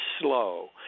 slow